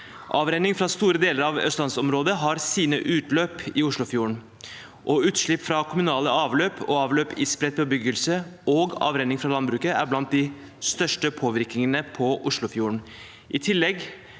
Avrenning fra store deler av østlandsområdet har sitt utløp i Oslofjorden. Utslipp fra kommunale avløp og avløp i spredt bebyggelse og avrenning fra landbruket er blant det som har størst påvirkning på Oslofjorden.